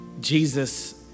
Jesus